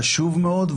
חשוב מאוד,